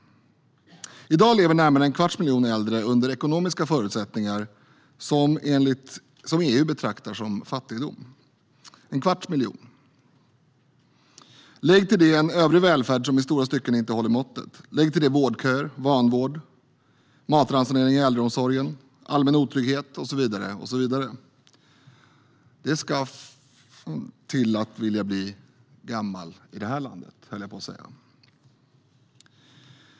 I dag lever närmare en kvarts miljon äldre under ekonomiska förutsättningar som EU betraktar som fattigdom - en kvarts miljon. Lägg till det en övrig välfärd som i stora stycken inte håller måttet. Lägg till det vårdköer, vanvård, matransonering i äldreomsorgen, allmän otrygghet och så vidare. Det ska f-n bli gammal i det här landet, höll jag på att säga.